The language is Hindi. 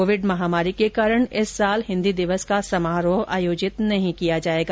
कोविड महामारी के कारण इस साल हिन्दी दिवस का समारोह आयोजित नहीं किया जायेगा